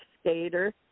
skater